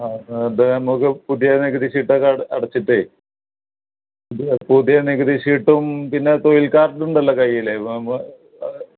ആ ദെ നമുക്ക് പുതിയ നികുതി ശീട്ടക്കട അടച്ചിട്ട് പുതിയ നികുതി ശീട്ടും പിന്നെ തൊഴിൽ കാർഡുണ്ടല്ലൊ കൈയ്യില്